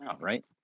right